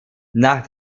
nach